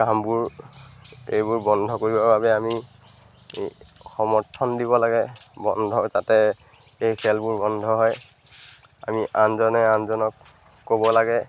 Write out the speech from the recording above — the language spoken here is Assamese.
কামবোৰ এইবোৰ বন্ধ কৰিবৰ বাবে আমি সমৰ্থন দিব লাগে বন্ধ যাতে এই খেলবোৰ বন্ধ হয় আমি আনজনে আনজনক ক'ব লাগে